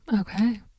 Okay